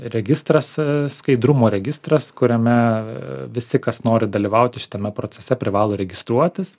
registras skaidrumo registras kuriame visi kas nori dalyvauti šitame procese privalo registruotis